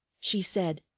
she said,